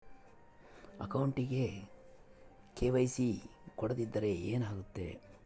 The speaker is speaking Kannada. ಅಕೌಂಟಗೆ ಕೆ.ವೈ.ಸಿ ಕೊಡದಿದ್ದರೆ ಏನಾಗುತ್ತೆ?